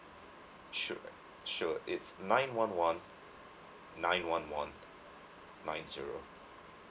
sure sure it's nine one one nine one one nine zero